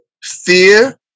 Fear